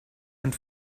and